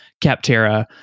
captera